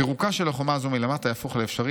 "פירוקה של החומה הזו מלמטה יהפוך לאפשרי